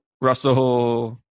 Russell